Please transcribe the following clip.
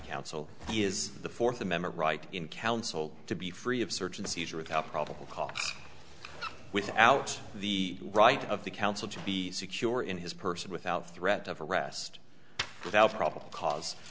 counsel is the fourth amendment right in counsel to be free of search and seizure without probable cause without the right of the counsel to be secure in his person without threat of arrest without probable cause